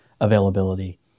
availability